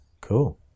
cool